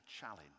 challenge